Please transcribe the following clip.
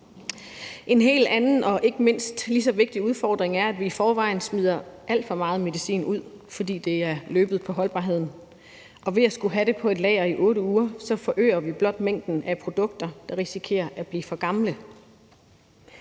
En helt anden og ikke mindst ligeså vigtig udfordring er, at vi i forvejen smider alt for meget medicin ud, fordi holdbarheden er udløbet. Ved at skulle have det på et lager i 8 uger forøger vi vort mængden af produkter, der risikerer at blive for gamle,